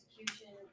execution